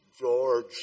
George